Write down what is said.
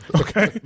Okay